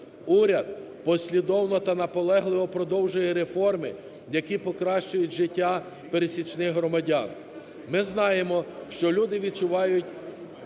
Уряд послідовно та наполегливо продовжує реформи, які покращують життя пересічних громадян. Ми знаємо, що люди відчувають